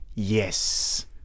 Yes